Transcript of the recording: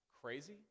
crazy